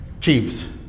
Chiefs